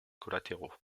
collatéraux